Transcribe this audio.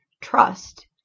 trust